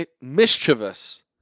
mischievous